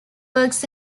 works